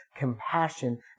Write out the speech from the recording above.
Compassion